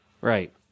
Right